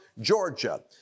Georgia